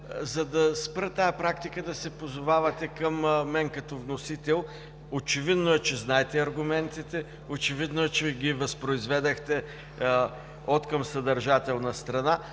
за да спра тази практика да се позовавате към мен като вносител. Очевидно е, че знаете аргументите, очевидно е, че ги възпроизведохте откъм съдържателна страна,